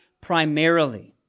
primarily